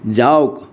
যাওক